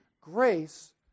grace